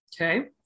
Okay